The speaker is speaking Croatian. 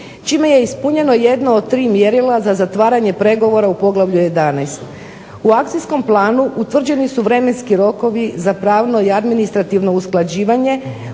čime je ispunjeno jedno od tri mjerila za zatvaranje pregovora u poglavlju 11. U Akcijskom planu utvrđeni su vremenski rokovi za pravno i administrativno usklađivanje